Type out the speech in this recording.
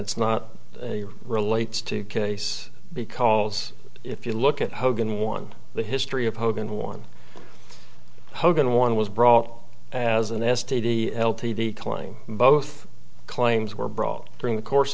it's not relates to case because if you look at hogan one the history of hogan one hogan one was brought as an s t d l t d claim both claims were brought during the course